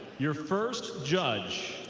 your first judge,